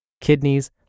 kidneys